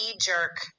jerk